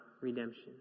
redemption